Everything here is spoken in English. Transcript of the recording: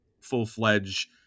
full-fledged